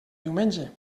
diumenge